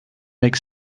make